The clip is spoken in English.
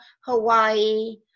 Hawaii